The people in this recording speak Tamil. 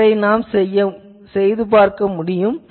இவற்றை செய்ய முடியும்